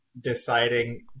deciding